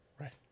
Right